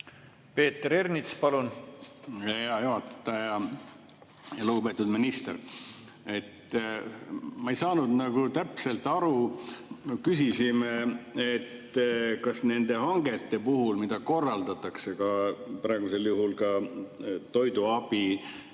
Peeter Ernits, palun! Hea juhataja! Lugupeetud minister! Ma ei saanud nagu täpselt aru. Küsisime, kas nende hangete puhul, mida korraldatakse, praegusel juhul ka toiduabi